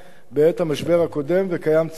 בעת המשבר הקודם, וקיים צורך